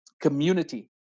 community